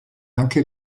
anche